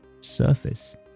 surface